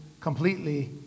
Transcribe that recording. completely